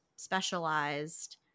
specialized